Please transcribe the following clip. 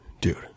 dude